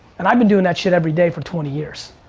and i've been doing that shit every day for twenty years.